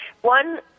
one